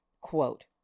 quote